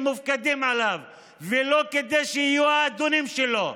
מופקדים עליו ולא כדי שיהיו האדונים שלו.